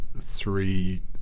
three